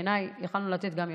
בעיניי יכולנו לתת גם יותר.